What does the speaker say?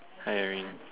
hi Erwin